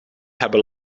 hebben